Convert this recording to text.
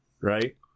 right